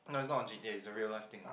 no it's not on G_T_A it's a real life thing